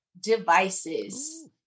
devices